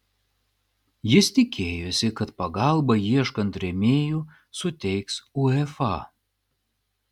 jis tikėjosi kad pagalbą ieškant rėmėjų suteiks uefa